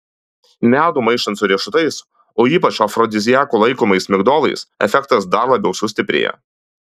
medų maišant su riešutais o ypač afrodiziaku laikomais migdolais efektas dar labiau sustiprėja